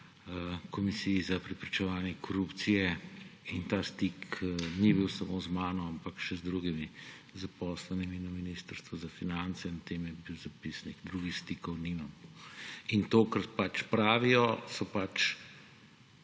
Komisiji za preprečevanje korupcije. In ta stik ni bil samo z mano, ampak še z drugimi zaposlenimi na Ministrstvu za finance in o tem je bil zapisnik. Drugih stikov nimam. To, kar pravijo, so pač